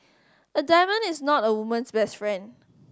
a diamond is not a woman's best friend